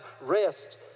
rest